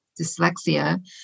dyslexia